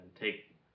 take